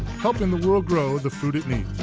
helping the world grow the food it needs.